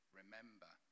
remember